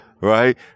right